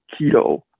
keto